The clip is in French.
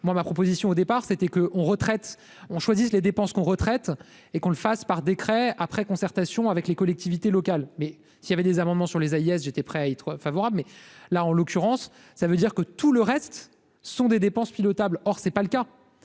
ma proposition au départ, c'était que on retraite, on choisit les dépenses qu'on retraite et qu'on le fasse par décret après concertation avec les collectivités locales, mais s'il y avait des amendements sur les Hayes, j'étais prêt à être favorable mais là en l'occurrence, ça veut dire que tout le reste sont des dépenses pilotable or, c'est pas le cas,